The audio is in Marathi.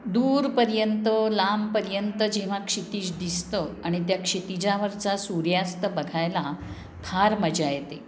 दूरपर्यंत लांबपर्यंत जेव्हा क्षितीज दिसतं आणि त्या क्षितीजावरचा सूर्यास्त बघायला फार मजा येते